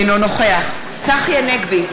אינו נוכח צחי הנגבי,